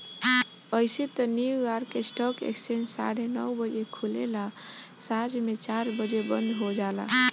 अइसे त New York stock exchange साढ़े नौ बजे खुलेला आ सांझ के चार बजे बंद हो जाला